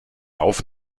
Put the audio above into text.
auf